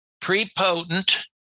prepotent